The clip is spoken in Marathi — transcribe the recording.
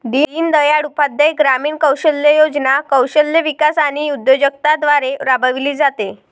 दीनदयाळ उपाध्याय ग्रामीण कौशल्य योजना कौशल्य विकास आणि उद्योजकता द्वारे राबविली जाते